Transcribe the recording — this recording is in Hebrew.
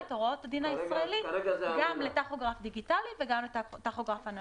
את הוראות הדין הישראלי גם לטכוגרף דיגיטלי וגם לטכוגרף אנלוגי.